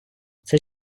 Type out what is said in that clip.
цей